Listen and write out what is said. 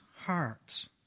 harps